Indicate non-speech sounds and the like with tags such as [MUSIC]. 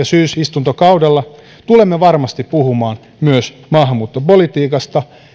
[UNINTELLIGIBLE] syysistuntokaudella tulemme varmasti puhumaan myös maahanmuuttopolitiikasta